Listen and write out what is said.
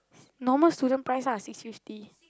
normal student price lah six fifty